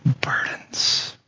Burdens